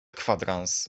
kwadrans